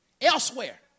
elsewhere